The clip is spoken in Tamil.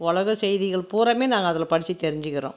உலக செய்திகள் பூராவுமே நாங்கள் அதில் படித்து தெரிஞ்சுக்கிறோம்